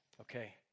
okay